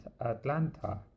Atlanta